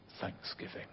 thanksgiving